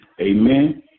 Amen